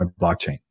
blockchain